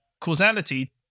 causality